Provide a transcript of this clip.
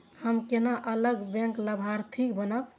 हम केना अलग बैंक लाभार्थी बनब?